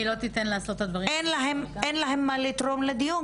היא לא תיתן לעשות את הדברים --- כי בעצם אין להם מה לתרום לדיון,